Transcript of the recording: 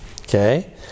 okay